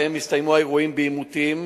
שבהם נסתיימו האירועים בעימותים,